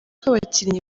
abakinnyi